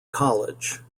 college